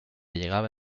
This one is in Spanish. llegaba